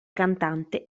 cantante